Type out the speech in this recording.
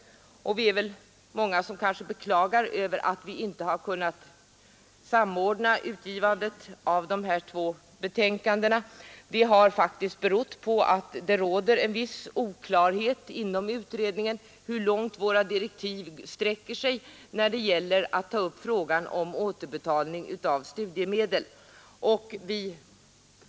Vi är väl många som beklagar att vi inte har kunnat samordna utgivandet av de här två betänkandena. Det har faktiskt berott på att det råder en viss oklarhet inom utredningen beträffande hur långt våra direktiv sträcker sig när det gäller att ta upp frågan om återbetalning av studiemedel.